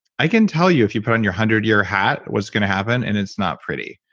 i can tell you, if you put on your hundred year hat what's going to happen and it's not pretty,